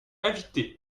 invité